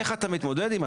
איך אתה מתמודד עם זה?